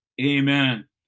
amen